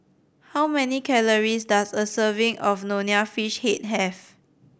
how many calories does a serving of Nonya Fish Head have